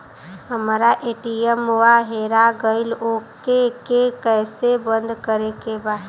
हमरा ए.टी.एम वा हेरा गइल ओ के के कैसे बंद करे के बा?